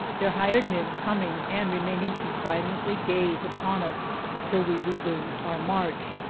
their hired men coming and remaining to silently gaze upon us till we resumed our march.